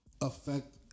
Affect